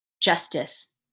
justice